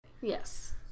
yes